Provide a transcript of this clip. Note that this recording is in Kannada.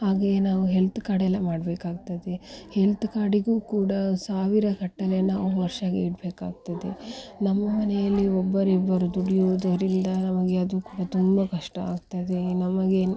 ಹಾಗೆಯೇ ನಾವು ಹೆಲ್ತ್ ಕಾರ್ಡೆಲ್ಲ ಮಾಡಬೇಕಾಗ್ತದೆ ಹೆಲ್ತ್ ಕಾರ್ಡಿಗೂ ಕೂಡ ಸಾವಿರಗಟ್ಟಲೆ ನಾವು ವರ್ಷಕ್ಕೆ ಇಡಬೇಕಾಗ್ತದೆ ನಮ್ಮ ಮನೆಯಲ್ಲಿ ಒಬ್ಬರು ಇಬ್ಬರು ದುಡಿಯುವುದರಿಂದ ನಮಗೆ ಅದು ಕೂಡ ತುಂಬ ಕಷ್ಟ ಆಗ್ತದೆ ನಮಗೆ